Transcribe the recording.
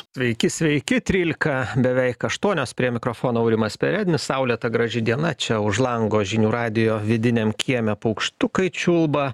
sveiki sveiki trylika beveik aštuonios prie mikrofono aurimas perednis saulėta graži diena čia už lango žinių radijo vidiniam kieme paukštukai čiulba